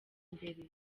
mbere